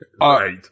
right